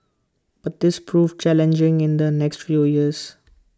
but this proved challenging in the next few years